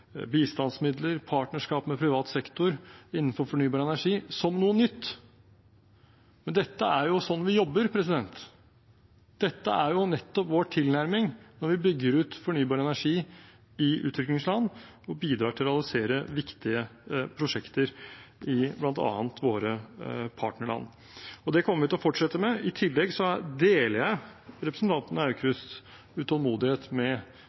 bistandsmidler, partnerskap med privat sektor innenfor fornybar energi som noe nytt. Men dette er sånn vi jobber. Dette er jo nettopp vår tilnærming når vi bygger ut fornybar energi i utviklingsland og bidrar til å realisere viktige prosjekter bl.a. i våre partnerland. Det kommer vi til å fortsette med. I tillegg deler jeg representanten Aukrusts utålmodighet med